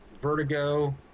Vertigo